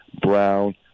brown